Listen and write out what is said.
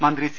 മന്ത്രി സി